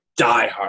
diehard